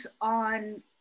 on